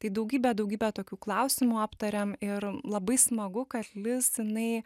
tai daugybę daugybę tokių klausimų aptarėm ir labai smagu kad lis jinai